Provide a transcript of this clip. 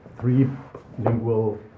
three-lingual